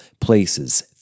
places